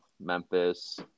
memphis